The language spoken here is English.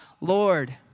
Lord